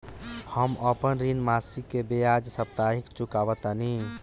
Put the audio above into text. हम अपन ऋण मासिक के बजाय साप्ताहिक चुकावतानी